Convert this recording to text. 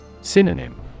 Synonym